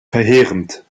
verheerend